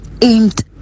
aimed